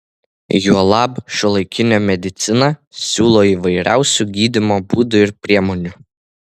juolab šiuolaikinė medicina siūlo įvairiausių gydymo būdų ir priemonių